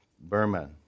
Burma